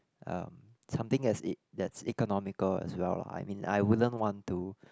uh something that's it that's economical as well lah I mean I wouldn't want to